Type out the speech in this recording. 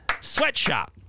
sweatshop